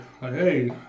hey